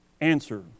Answer